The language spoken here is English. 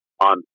on